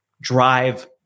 drive